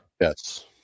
Yes